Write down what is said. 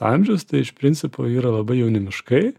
amžius iš principo yra labai jauni miškai